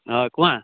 অঁ কোৱা